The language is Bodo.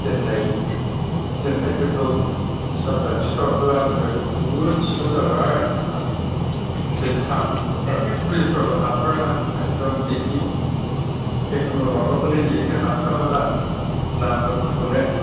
दोननाय दोननायफोरखौ साबदान सिखावआथ' आजि खालि बुहुत सिखाव जाबाय बाब बाब जों ट्राफिक पुलिस बाबो हाथ्राना एखदम दिउति जेखुनु माबाखौनो लिरनो हास्लाबा दा नाम्बार फोरखौनो